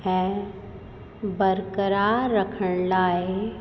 ऐं बरक़रारु रखण लाइ